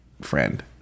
friend